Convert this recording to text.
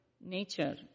nature